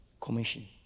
Commission